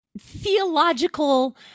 theological